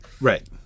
right